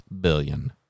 billion